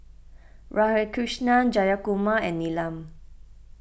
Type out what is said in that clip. Radhakrishnan Jayakumar and Neelam